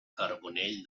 carbonell